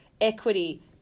equity